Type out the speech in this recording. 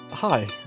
Hi